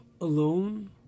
alone